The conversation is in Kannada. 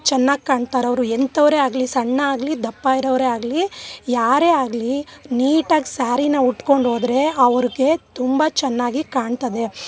ಚೆನ್ನಾಗಿ ಕಾಣ್ತರವರು ಎಂಥವರೆ ಆಗಲಿ ಸಣ್ಣ ಆಗಲಿ ದಪ್ಪ ಇರೋರೆ ಆಗಲಿ ಯಾರೇ ಆಗಲಿ ನೀಟಾಗಿ ಸಾರೀನ ಉಟ್ಕೊಂಡು ಹೋದ್ರೆ ಅವರ್ಗೆ ತುಂಬ ಚೆನ್ನಾಗಿ ಕಾಣ್ತದೆ